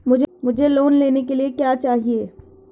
मुझे लोन लेने के लिए क्या चाहिए?